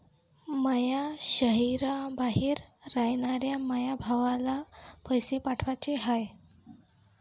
माया शैहराबाहेर रायनाऱ्या माया भावाला पैसे पाठवाचे हाय